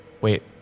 Wait